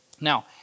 Now